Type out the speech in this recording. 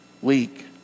week